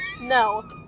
No